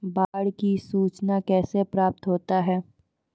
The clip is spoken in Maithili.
बाढ की सुचना कैसे प्राप्त होता हैं?